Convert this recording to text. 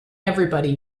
everybody